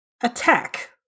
Attack